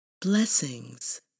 blessings